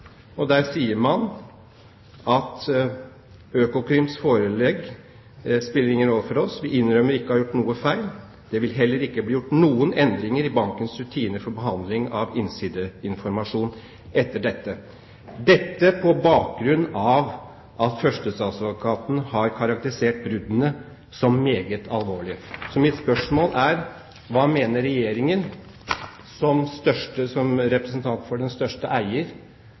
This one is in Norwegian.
Der sier man at Økokrims forelegg ikke spiller noen rolle for dem, og de innrømmer ikke «å ha gjort noe feil». Og videre: «Det vil heller ikke bli noen endringer i bankens rutiner for behandling av innsideinformasjon etter dette.» Dette er på bakgrunn av at førstestatsadvokaten har karakterisert bruddene som meget alvorlige. Så mitt spørsmål er: Hva mener Regjeringen, som representant for den største